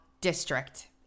district